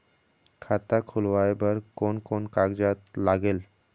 खाता खुलवाय बर कोन कोन कागजात लागेल?